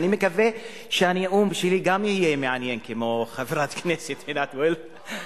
אני מקווה שהנאום שלי גם יהיה מעניין כמו של חברת הכנסת עינת וילף.